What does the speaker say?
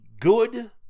good